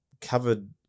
covered